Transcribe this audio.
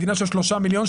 מדינה של 3 מיליון,